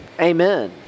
Amen